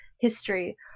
history